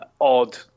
odd